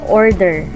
order